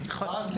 נכון.